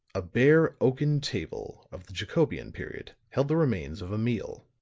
a bare oaken table of the jacobean period held the remains of a meal.